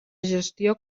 gestió